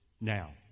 Now